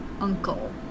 uncle